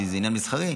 שזה עניין מסחרי,